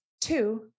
Two